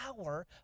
power